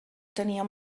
tenia